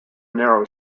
narrow